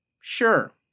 Sure